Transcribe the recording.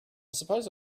suppose